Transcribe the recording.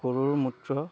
গৰুৰ মূত্ৰ